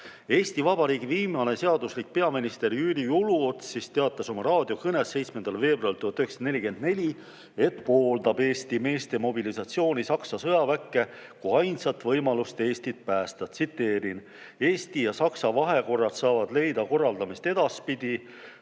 anneksiooni eelne] seaduslik peaminister Jüri Uluots teatas oma raadiokõnes 7. veebruaril 1944, et pooldab Eesti meeste mobilisatsiooni Saksa sõjaväkke kui ainsat võimalust Eestit päästa. Tsiteerin: "[…] Eesti ja Saksa vahekorrad saavad leida korraldamist edaspidi.